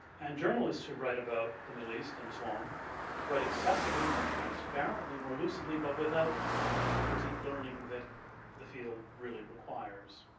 and journalists who write about the middle east and islam write excessively more transparently, more lucidly but without the deep learning that the field really requires.